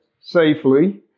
safely